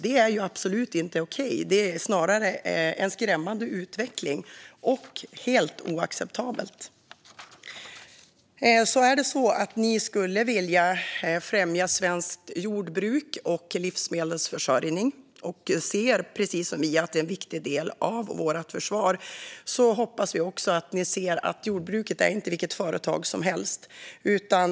Det är ju absolut inte okej. Det är snarare en skrämmande utveckling och helt oacceptabelt. Är det så att ni skulle vilja främja svenskt jordbruk och svensk livsmedelsförsörjning och precis som vi ser att det är en viktig del av vårt försvar hoppas vi att ni också ser att ett jordbruk inte är vilket företag som helst.